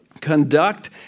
conduct